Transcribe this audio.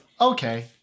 okay